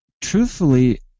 Truthfully